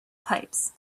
pipes